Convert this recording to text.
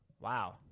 wow